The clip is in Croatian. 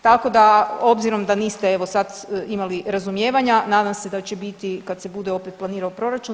Tako da obzirom da niste evo sad imali razumijevanja, nadam se da će biti kad se bude opet planirao proračun.